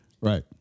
Right